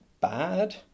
bad